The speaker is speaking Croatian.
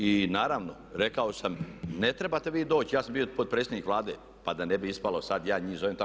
I naravno, rekao sam, ne trebate vi doći, ja sam bio potpredsjednik Vlade pa da ne bi ispalo sada ja njih zove tamo.